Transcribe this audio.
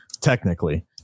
technically